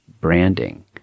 branding